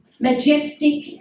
majestic